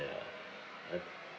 ya I